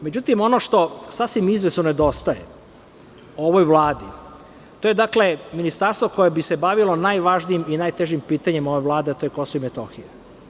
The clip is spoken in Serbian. Međutim, ono što sasvim izvesno nedostaje ovoj vladi, to je dakle ministarstvo koje bi se bavilo najvažnijim i najtežim pitanjem ove vlade, a to je Kosovo i Metohija.